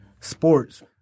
sports